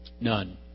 None